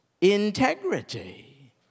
integrity